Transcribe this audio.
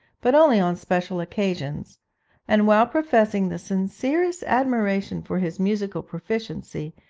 but only on special occasions and, while professing the sincerest admiration for his musical proficiency,